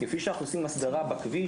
כפי שאנחנו עושים הסדרה בכביש,